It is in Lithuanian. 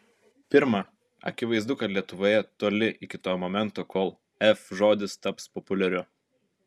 pirma akivaizdu kad lietuvoje toli iki to momento kol f žodis taps populiariu